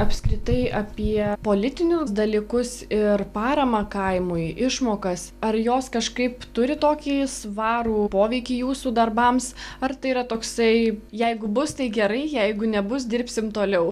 apskritai apie politinius dalykus ir paramą kaimui išmokas ar jos kažkaip turi tokį svarų poveikį jūsų darbams ar tai yra toksai jeigu bus tai gerai jeigu nebus dirbsim toliau